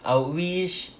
I would wish